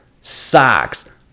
Socks